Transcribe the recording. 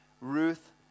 Ruth